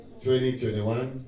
2021